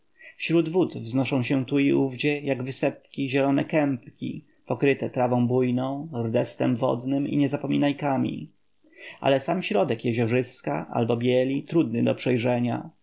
wśród wód wznoszą się tu i owdzie jak wysepki zielone kępki pokryte trawą bujną rdestem wodnym i niezapominajkami ale sam środek jeziorzyska albo bieli trudny do przejrzenia